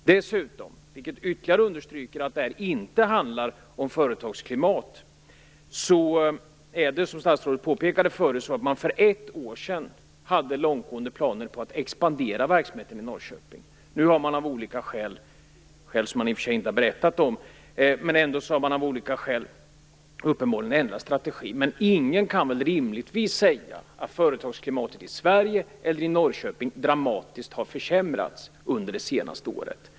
Dessutom, vilket ytterligare understryker att det inte handlar om företagsklimat, hade man som statsrådet påpekade förut långtgående planer på att expandera verksamheten i Norrköping. Nu har man av olika skäl - skäl som man i och för sig inte har berättat om - uppenbarligen ändrat strategi. Ingen kan väl rimligtvis säga att företagsklimatet i Sverige eller i Norrköping dramatiskt har försämrats under det senaste året.